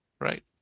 right